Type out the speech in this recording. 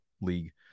league